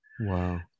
wow